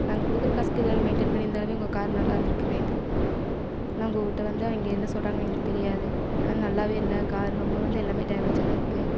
நாங்கள் கொடுக்குற காசுக்கு இதெல்லாம் மெயின்டேன் பண்ணி இருந்துதாலுமே உங்கள் கார் நல்லா இருந்திருக்குமே நான் உங்கள் கிட்டே வந்து அங்கிருந்து எங்களுக்கு தெரியாது ஆனால் நல்லாவே இல்லை கார் ரொம்ப வந்து எல்லாமே டேமேஜ்ஜாகதான் இருக்குது